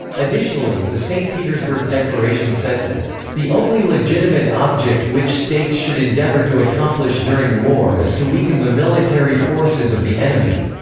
additionally, the saint petersburg declaration says that the only legitimate object which states should endeavour to accomplish during war is to weaken the military forces of the enemy,